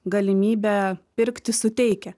galimybę pirkti suteikia